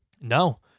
No